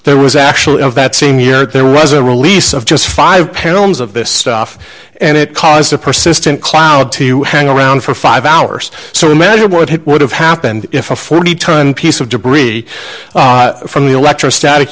there was actually of that same year that there was a release of just five pendulums of this stuff and it caused a persistent cloud to hang around for five hours so imagine what it would have happened if a forty ton piece of debris from the electrostatic